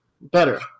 better